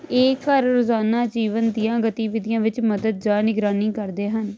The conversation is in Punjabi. ਇਹ ਘਰ ਰੋਜ਼ਾਨਾ ਜੀਵਨ ਦੀਆਂ ਗਤੀਵਿਧੀਆਂ ਵਿੱਚ ਮਦਦ ਜਾਂ ਨਿਗਰਾਨੀ ਕਰਦੇ ਹਨ